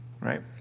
right